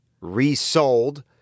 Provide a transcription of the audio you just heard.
resold